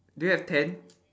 do you have ten